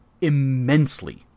immensely